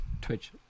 Twitch